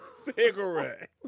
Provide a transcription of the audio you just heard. cigarette